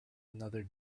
another